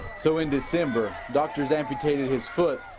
so in december doctors amputated his foot,